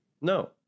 No